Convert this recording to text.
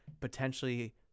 potentially